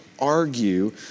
argue